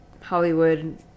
Hollywood